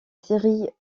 série